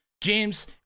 James